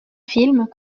films